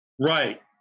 Right